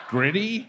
Gritty